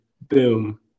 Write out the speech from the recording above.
boom